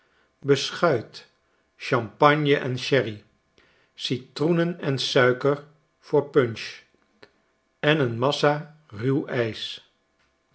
beschuit champagne en sherry citroenen en suiker voor punch eneenmassa ruw ijs